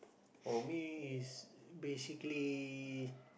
for me it's basically